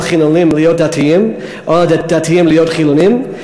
החילונים להיות דתיים או על הדתיים להיות חילונים?